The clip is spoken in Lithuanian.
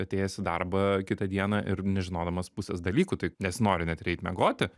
atėjęs į darbą kitą dieną ir nežinodamas pusės dalykų tai nesinori net ir eit miegoti